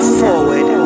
forward